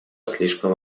слишком